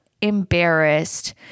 embarrassed